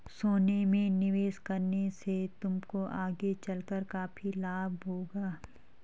सोने में निवेश करने से तुमको आगे चलकर काफी लाभ होगा